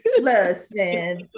Listen